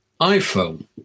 iPhone